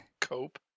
cope